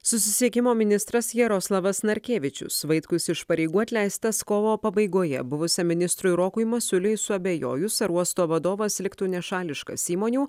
susisiekimo ministras jaroslavas narkevičius vaitkus iš pareigų atleistas kovo pabaigoje buvusiam ministrui rokui masiuliui suabejojus ar uosto vadovas liktų nešališkas įmonių